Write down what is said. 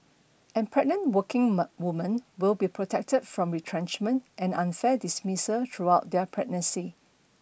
and pregnant working women will be protected from retrenchment and unfair dismissal throughout their pregnancy